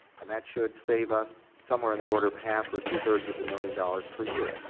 and that should save us somewhere in the order of half or two thirds of a million dollars per year.